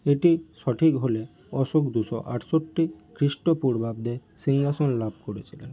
এটি সঠিক হলে অশোক দুশো আটষট্টি খ্রিস্টপূর্বাব্দে সিংহাসন লাভ করেছিলেন